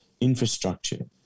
infrastructure